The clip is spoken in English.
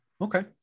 okay